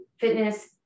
fitness